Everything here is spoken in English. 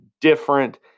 different